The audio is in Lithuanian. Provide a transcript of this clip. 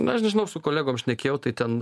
na aš nežinau su kolegom šnekėjau tai ten